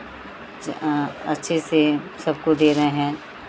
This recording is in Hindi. अच्छे से सबको दे रहे हैं